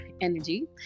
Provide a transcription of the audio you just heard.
energy